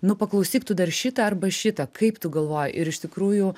nu paklausyk tu dar šitą arba šitą kaip tu galvoji ir iš tikrųjų